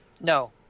No